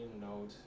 note